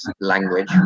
language